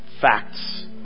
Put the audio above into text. Facts